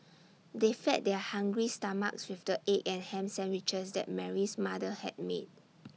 they fed their hungry stomachs with the egg and Ham Sandwiches that Mary's mother had made